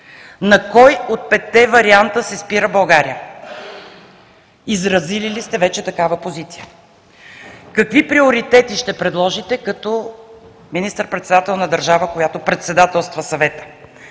На кой от петте варианта се спира България? Изразили ли сте вече такава позиция? Какви приоритети ще предложите като Министър-председател на държава, която председателства Съвета?